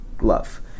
love